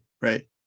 right